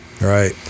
right